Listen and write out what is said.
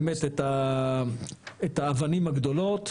באמת את האבנים הגדולות,